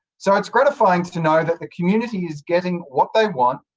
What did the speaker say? so, it's gratifying to know that the community is getting what they want,